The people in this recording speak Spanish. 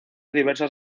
diversas